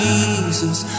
Jesus